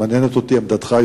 אבל מעניינת אותי עמדתך,